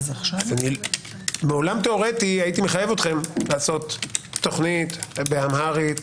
בעולם תיאורטי הייתי מחייב אתכם לעשות תוכנית באמהרית,